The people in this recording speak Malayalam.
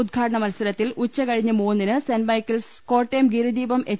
ഉദ്ഘാടന മത്സരത്തിൽ ഉച്ചകഴിഞ്ഞ് മൂന്നിന് Saint Michael's Kottayam Girideepam H